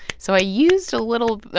so i used a little,